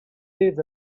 days